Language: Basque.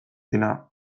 dena